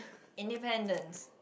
independence